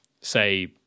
say